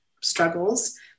struggles